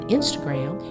Instagram